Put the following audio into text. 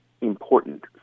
important